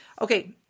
Okay